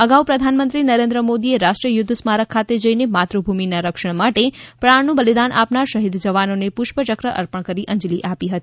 અગાઉ પ્રધાનમંત્રી નરેન્દ્ર મોદીએ રાષ્ટ્રીય યુધ્ધ સ્મારક ખાતે જઈને માતૃભૂમિના રક્ષણ માટે પ્રાણનું બલિદાન આપનાર શહીદ જવાનોને પુષ્પચક્ર અર્પણ કરી અંજલિ આપી હતી